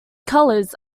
colours